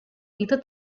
itu